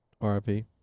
RIP